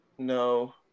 No